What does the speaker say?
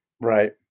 Right